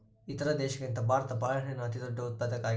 ಇತರ ದೇಶಗಳಿಗಿಂತ ಭಾರತ ಬಾಳೆಹಣ್ಣಿನ ಅತಿದೊಡ್ಡ ಉತ್ಪಾದಕ ಆಗೈತ್ರಿ